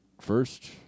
first